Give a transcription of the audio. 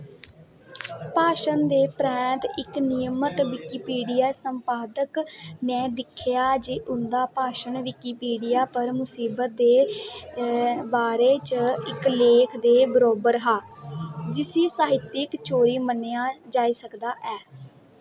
भाशन दे परैंत्त इक नियमत विकिपीडिया संपादक ने दिक्खेआ जे उं'दा भाशन विकिपीडिया पर मसीबत दे बारे च इक लेख दे बरोबर हा जिसी साहित्यक चोरी मन्नेआ जाई सकदा ऐ